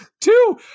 Two